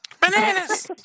Bananas